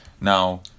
now